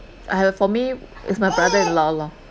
!aiyo! for me is my brother in law lor